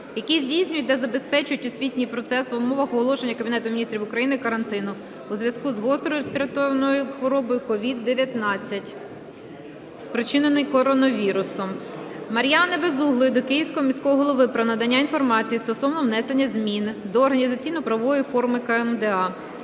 які здійснюють та забезпечують освітній процес в умовах оголошеного Кабінетом Міністрів України карантину у зв'язку з гострою респіраторною хворобою COVID-19, спричиненого коронавірусом. Мар'яни Безуглої до Київського міського голови про надання інформації стосовно внесення змін до організаційно-правової форми КМДА.